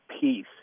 peace